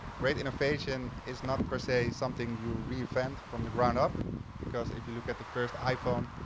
great innovation is not per say something you refund from the ground up because if you look at the first iphone,